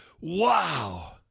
wow